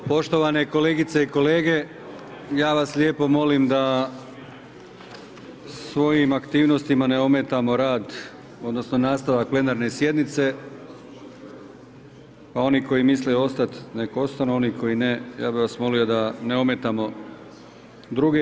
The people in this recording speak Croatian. Poštovane kolegice i kolege, ja vas lijepo molim da svojim aktivnostima ne ometamo rad, odnosno nastavak plenarne sjednice, pa oni koji misle ostat nek ostanu, a oni koji ne, ja bih vas molio da ne ometamo druge.